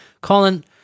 Colin